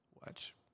Watch